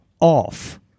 off